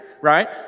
right